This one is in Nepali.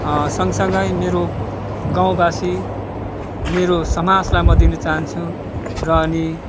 सँगसँगै मेरो गाउँवासी मेरो समाजलाई म दिन चाहन्छु र अनि